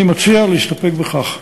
אני מציע להסתפק בכך.